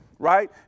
Right